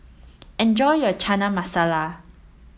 enjoy your Chana Masala